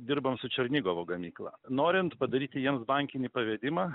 dirbam su černigovo gamykla norint padaryti jiems bankinį pavedimą